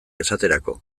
esaterako